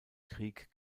krieg